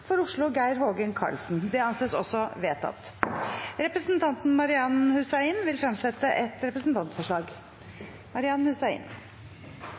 For Oslo: Geir Hågen Karlsen Representanten Marian Hussein vil fremsette et representantforslag.